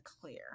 clear